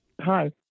Hi